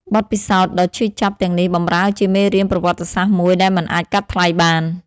បទពិសោធន៍ដ៏ឈឺចាប់ទាំងនេះបម្រើជាមេរៀនប្រវត្តិសាស្ត្រមួយដែលមិនអាចកាត់ថ្លៃបាន។